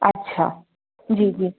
अच्छा जी जी